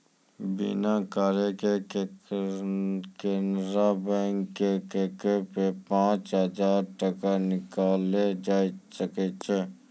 बिना कार्डो के केनरा बैंक के एपो से पांच हजार टका निकाललो जाय सकै छै